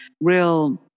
real